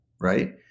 right